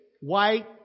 white